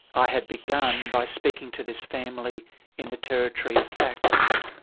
i had begun by speaking to this family in the territory of facts,